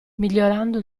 migliorando